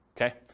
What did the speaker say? Okay